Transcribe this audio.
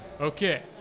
Okay